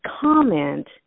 comment